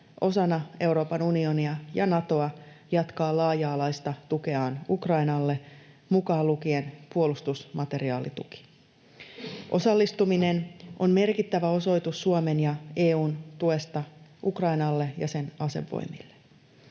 osana Euroopan unionia ja Natoa jatkaa laaja-alaista tukeaan Ukrainalle mukaan lukien puolustusmateriaalituki. Osallistuminen on merkittävä osoitus Suomen ja EU:n tuesta Ukrainalle ja sen asevoimille.